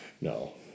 No